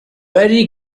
very